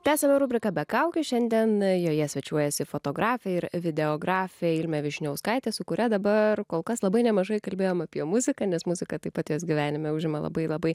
tęsiame rubriką be kaukių šiandien joje svečiuojasi fotografė ir videografė ilmė vyšniauskaitė su kuria dabar kol kas labai nemažai kalbėjom apie muziką nes muzika tai pat jos gyvenime užima labai labai